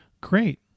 Great